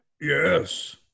Yes